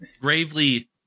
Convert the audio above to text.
gravely